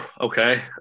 okay